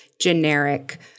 generic